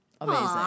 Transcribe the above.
Amazing